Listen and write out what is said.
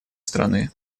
страны